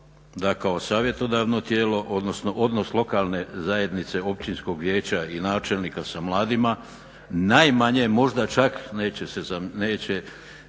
da kao savjetodavno tijelo odnosno odnos lokalne zajednice općinskog vijeća i načelnika sa mladima najmanje možda čak neće mi zamjeriti